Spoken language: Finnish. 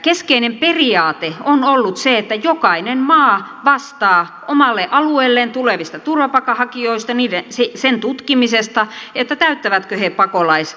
keskeinen periaate on ollut se että jokainen maa vastaa omalle alueelleen tulevista turvapaikanhakijoista sen tutkimisesta täyttävätkö he pakolaisaseman